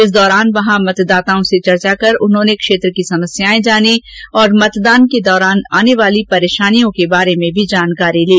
इस दौरान वहां मतदाताओं से चर्चा कर क्षेत्र की क्षेत्र की समस्याएं जानी साथ ही मतदान के दौरान आने वाली परेशानियों के बारे में भी जानकारी ली